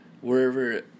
wherever